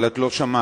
אבל את לא שמעת,